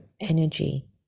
energy